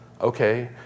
Okay